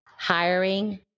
hiring